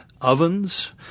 ovens